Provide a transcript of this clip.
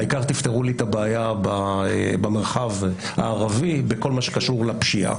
העיקר תפתרו לי את הבעיה במרחב הערבי בכל מה שקשור לפשיעה.